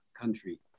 country